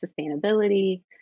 sustainability